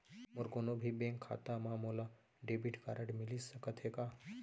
मोर कोनो भी बैंक खाता मा मोला डेबिट कारड मिलिस सकत हे का?